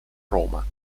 roma